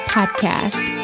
Podcast